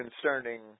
concerning